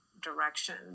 direction